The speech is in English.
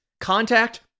Contact